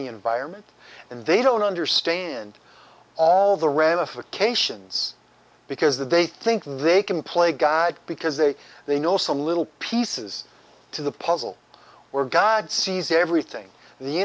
the environment and they don't understand all the ramifications because they think they can play god because they they know so little pieces to the puzzle or god sees everything